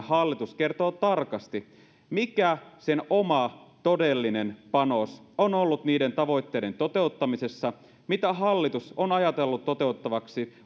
hallitus kertoo tarkasti mikä sen oma todellinen panos on ollut niiden tavoitteiden toteuttamisessa mitä hallitus on ajatellut toteutettavaksi